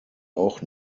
auch